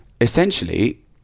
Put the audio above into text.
essentially